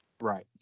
Right